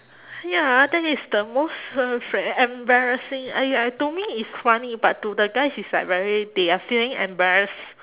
ya that is the most uh fr~ e~ embarrassing I I to me is funny but to the guys is like very they are feeling embarrassed